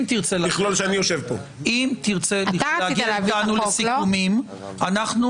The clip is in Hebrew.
אם תרצה להגיע איתנו לסיכומים --- יכלול שאני יושב פה?